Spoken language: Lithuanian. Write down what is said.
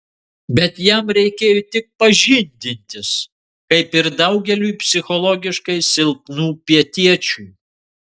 bet jam reikėjo tik pažindintis kaip ir daugeliui psichologiškai silpnų pietiečių